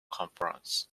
conference